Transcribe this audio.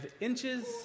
inches